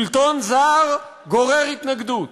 שלטון זר גורר התנגדות,